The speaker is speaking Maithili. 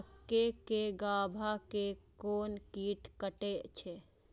मक्के के गाभा के कोन कीट कटे छे?